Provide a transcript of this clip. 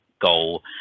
goal